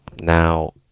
Now